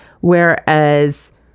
Whereas